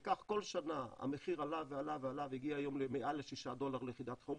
וכך כל שנה המחיר עלה ועלה ועלה והגיע למעל שישה דולר ליחידת חום.